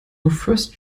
first